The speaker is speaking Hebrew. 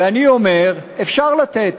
ואני אומר: אפשר לתת.